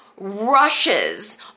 rushes